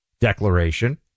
declaration